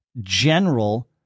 general